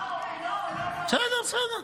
דיון בוועדת החוץ והביטחון.